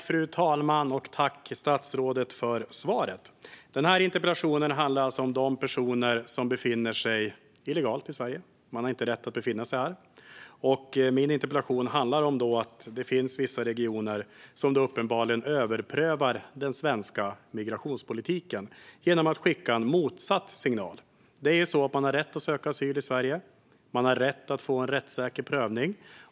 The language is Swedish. Fru talman! Tack, statsrådet, för svaret! Den här interpellationen handlar alltså om de personer som befinner sig illegalt i Sverige, som inte har rätt att befinna sig här. Den handlar om att det finns vissa regioner som uppenbarligen överprövar den svenska migrationspolitiken genom att skicka en motsatt signal. Man har ju rätt att söka asyl i Sverige. Man har rätt att få en rättssäker prövning.